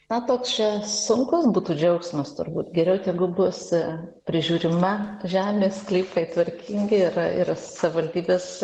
na toks čia sunkus būtų džiaugsmas turbūt geriau tegu bus prižiūrima žemės sklypai tvarkingi ir ir savivaldybės